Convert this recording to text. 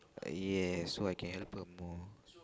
yes so I can help her more